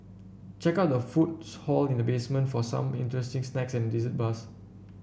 check out the food's hall in the basement for some interesting snacks and dessert bars